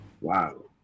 Wow